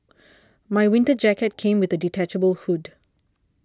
my winter jacket came with a detachable hood